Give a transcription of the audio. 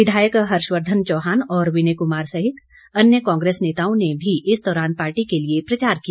विधायक हर्षवर्धन चौहान और विनय कुमार सहित अन्य कांग्रेस नेताओं ने भी इस दौरान पार्टी के लिए प्रचार किया